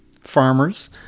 farmers